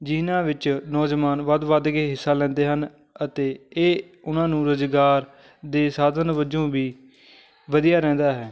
ਜਿਨ੍ਹਾਂ ਵਿੱਚ ਨੌਜਵਾਨ ਵੱਧ ਵੱਧ ਕੇ ਹਿੱਸਾ ਲੈਂਦੇ ਹਨ ਅਤੇ ਇਹ ਉਹਨਾਂ ਨੂੰ ਰੁਜ਼ਗਾਰ ਦੇ ਸਾਧਨ ਵਜੋਂ ਵੀ ਵਧੀਆ ਰਹਿੰਦਾ ਹੈ